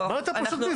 מה יותר פשוט מזה?